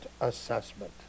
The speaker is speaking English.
assessment